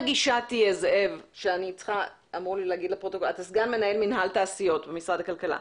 זאב, אתה סגן מנהל מינהל תעשיות במשרד הכלכלה.